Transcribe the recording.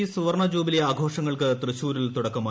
E സുവർണ jubilee ആഘോഷങ്ങൾക്ക് തൃശ്ശൂരിൽ തുടക്കമായി